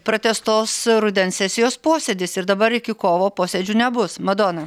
pratęstos rudens sesijos posėdis ir dabar iki kovo posėdžių nebus madona